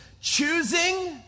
choosing